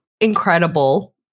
incredible